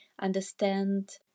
understand